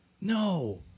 no